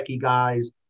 guys